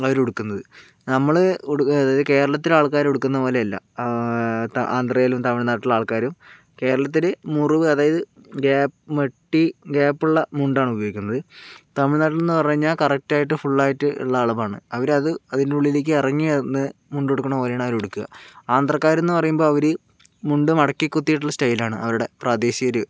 അവരുടുക്കുന്നത് നമ്മൾ ഉട് കേരളത്തിലെ ആൾക്കാർ ഉടുക്കുന്ന പോലെ അല്ല ആന്ധ്രയിലും തമിഴ് നാട്ടിലും ആൾക്കാർ കേരളത്തിൽ മുറിവ് അതായത് ഗ്യാപ് മട്ടി ഗ്യാപ്പുള്ള മുണ്ടാണ് ഉപയോഗിക്കുന്നത് തമിഴ്നാട്ടിലെന്ന് പറഞ്ഞു കഴിഞ്ഞാൽ കറക്റ്റായിട്ട് ഫുള്ളായിട്ട് ഉള്ള അളവാണ് അവരത് അതിനുള്ളിലേക്ക് ഇറങ്ങി ആണ് മുണ്ടുടുക്കണോ വേണവര് ഉടുക്കുക ആന്ധ്രാക്കാരെന്നു പറയുമ്പോൾ അവർ മുണ്ട് മടക്കി കുത്തിയിട്ടുള്ള സ്റ്റൈലാണ് അവരുടെ പ്രാദേശിക ഒരു ഇത്